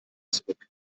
zurück